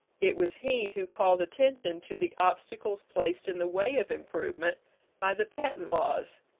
it was he who called attention to the obstacles placed in the way of improvement by the patent laws,